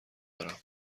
دارم